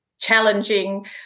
challenging